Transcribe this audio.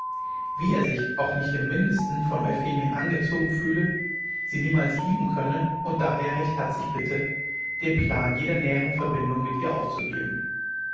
wie er sich auch nicht im mindesten von euphemien angezogen fühle sie niemals lieben könne und daher recht herzlich bitte den plan jeder näheren verbindung mit ihr aufzugeben